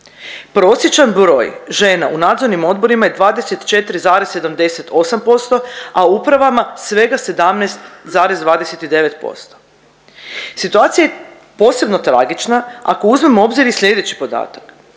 Prosječan broj žena u nadzornim odborima je 24,78%, a u upravama svega 17,29%. Situacija je posebno tragična ako uzmemo u obzir i slijedeći podatak,